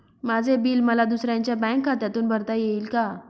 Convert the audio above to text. माझे बिल मला दुसऱ्यांच्या बँक खात्यातून भरता येईल का?